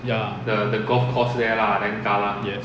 ya yes